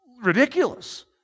ridiculous